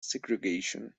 segregation